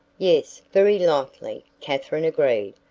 yes, very likely, katherine agreed.